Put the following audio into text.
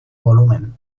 volumen